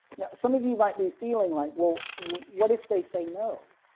some of you might be feeling like, well, what if they say no.